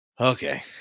Okay